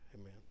amen